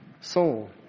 soul